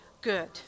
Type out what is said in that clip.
Good